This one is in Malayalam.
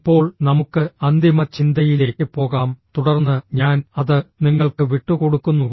ഇപ്പോൾ നമുക്ക് അന്തിമ ചിന്തയിലേക്ക് പോകാം തുടർന്ന് ഞാൻ അത് നിങ്ങൾക്ക് വിട്ടുകൊടുക്കുന്നു